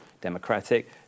democratic